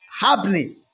happening